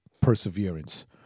perseverance